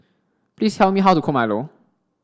please tell me how to cook Milo